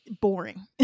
boring